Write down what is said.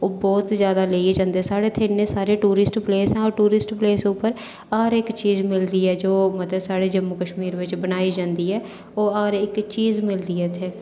ओह् बहुत जादै लेइयै जंदे ते साढ़े इत्थै इन्ने टुरिस्ट पलेस न ओह् टुरिस्ट प्लेस पर हर इक्क चीज़ मिलदी ऐ जेह्ड़े की साढ़े जम्मू कशमीर बिच बनाई जंदी ऐ ओह् हर इक्क चीज़ मिलदी ऐ इत्थें